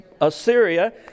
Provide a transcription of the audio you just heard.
Assyria